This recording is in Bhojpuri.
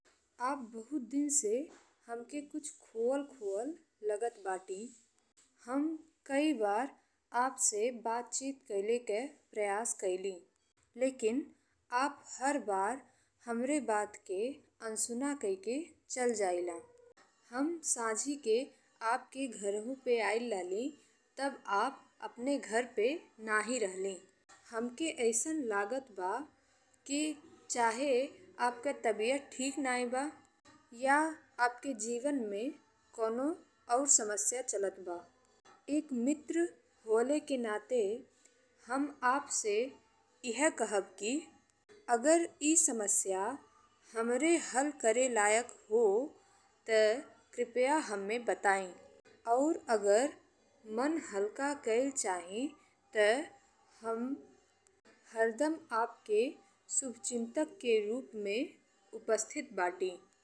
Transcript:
आप बहुत दिन से हमके कुछ खोए खोए लागत बाटी। हम कई बार आपसे बातचीत कईले के प्रयास कईली, लेकिन आप हर बार हमरे बात के अनसुना कई के चली जाईला। हम सही के आप के घरहुं पे आयल रहलि तब आप अपने घर पे नहीं रहलि। हमके अइसन लागत बा कि चाहे आपके तबियत ठीक नहीं बा या आप के जीवन में कवनो और समस्या चलत बा। एक मित्र होएले के नाते हम आपसे इहे कहब कि अगर ए समस्या हमरा हल करे लायक हो त कृपया हम्मे बताईं और अगर मन हलका कईल चाही त हम हरदम आप के शुभचिंतक के रूप में उपस्थित बाटी।